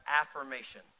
affirmation